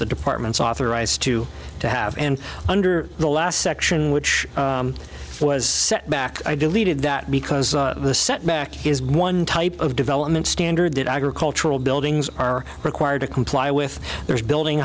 departments authorize to to have and under the last section which was set back i deleted that because the setback is one type of development standard that agricultural buildings are required to comply with their building